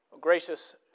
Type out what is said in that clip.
Gracious